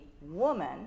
woman